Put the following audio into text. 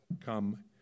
come